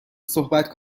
صحبت